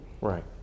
Right